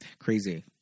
Crazy